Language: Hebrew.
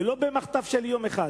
ולא במחטף של יום אחד.